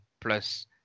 plus